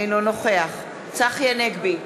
אינו נוכח צחי הנגבי,